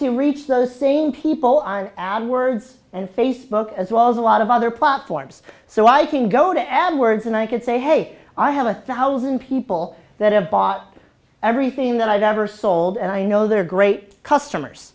to reach those same people on ad words and facebook as well as a lot of other platforms so i can go to ad words and i can say hey i have a thousand people that have bought everything that i've ever sold and i know they're great customers